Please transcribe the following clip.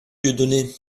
dieudonné